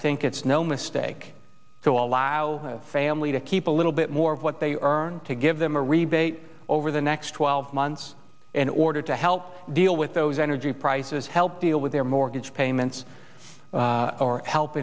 think it's no mistake to allow family to keep a little bit more of what they earn to give them a rebate over the next twelve months in order to help deal with those energy prices help deal with their mortgage payments or help